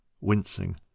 wincing